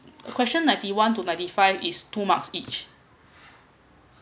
a question ninety one to ninety five is two marks each